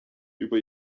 über